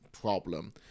problem